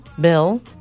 Bill